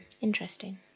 Interesting